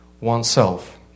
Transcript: oneself